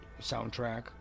soundtrack